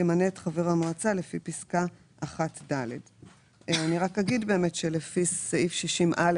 אני מאוד מאוד רגיש לסייפה של הדברים